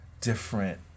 different